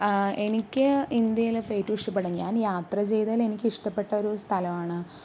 എനിക്ക് ഇന്ത്യയില് ഇപ്പോൾ ഏറ്റവും ഇഷ്ടപ്പെടുന്ന ഞാൻ യാത്ര ചെയ്തതില് എനിക്ക് ഇഷ്ടപ്പെട്ട ഒരു സ്ഥലമാണ്